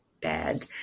bad